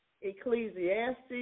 Ecclesiastes